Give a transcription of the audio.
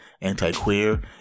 anti-queer